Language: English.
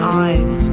eyes